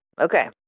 Okay